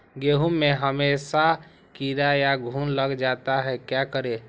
गेंहू में हमेसा कीड़ा या घुन लग जाता है क्या करें?